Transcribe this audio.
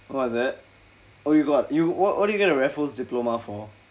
oh is it oh you got you what what did you get a raffles diploma for